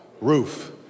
roof